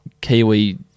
Kiwi